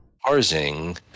Parsing